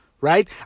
right